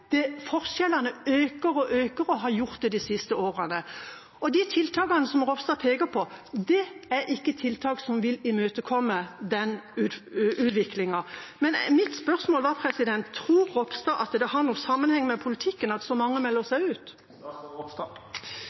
Forskjellene øker og øker og har gjort det de siste årene. De tiltakene Ropstad peker på, er ikke tiltak som vil imøtekomme den utviklingen. Mitt spørsmål var: Tror Ropstad at det har noen sammenheng med politikken at så mange melder seg ut?